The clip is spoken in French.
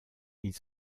ils